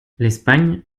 l’espagne